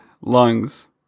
lungs